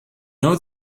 know